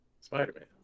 Spider-Man